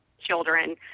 children